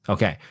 Okay